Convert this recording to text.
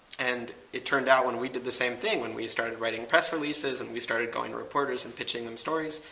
and it turned out, when we did the same thing when we started writing press releases, and we started going to reporters and pitching them stories.